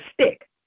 stick